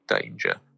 danger